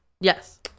Yes